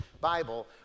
Bible